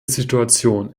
situation